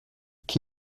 qui